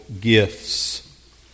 Gifts